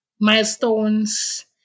milestones